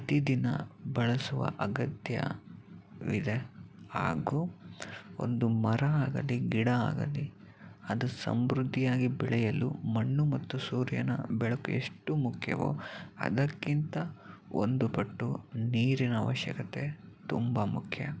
ಪ್ರತಿದಿನ ಬಳಸುವ ಅಗತ್ಯ ವಿದೆ ಹಾಗೂ ಒಂದು ಮರ ಆಗಲಿ ಗಿಡ ಆಗಲಿ ಅದು ಸಮೃದ್ಧಿಯಾಗಿ ಬೆಳೆಯಲು ಮಣ್ಣು ಮತ್ತು ಸೂರ್ಯನ ಬೆಳಕು ಎಷ್ಟು ಮುಖ್ಯವೋ ಅದಕ್ಕಿಂತ ಒಂದು ಪಟ್ಟು ನೀರಿನ ಅವಶ್ಯಕತೆ ತುಂಬ ಮುಖ್ಯ